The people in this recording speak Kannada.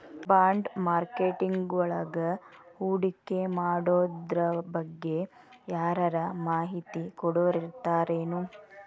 ಬಾಂಡ್ಮಾರ್ಕೆಟಿಂಗ್ವಳಗ ಹೂಡ್ಕಿಮಾಡೊದ್ರಬಗ್ಗೆ ಯಾರರ ಮಾಹಿತಿ ಕೊಡೊರಿರ್ತಾರೆನು?